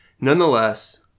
Nonetheless